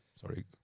sorry